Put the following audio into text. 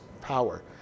power